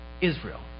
Israel